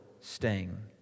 sting